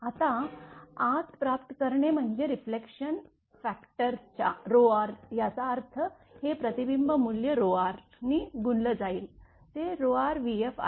आता आत प्राप्त करणे म्हणजे रिफ्लेक्शन फॅक्टरच्या r याचा अर्थ हे प्रतिबिंब मूल्य r नी गुंणल्या जाईल ते rvf आहे